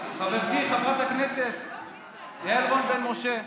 חברתי חברת הכנסת יעל רון בן משה,